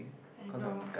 I know